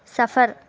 سفر